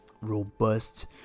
robust